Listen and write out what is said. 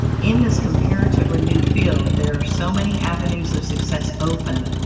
in this comparatively new field there are so many avenues of success open,